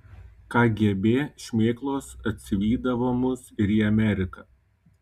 kgb šmėklos atsivydavo mus ir į ameriką